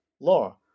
law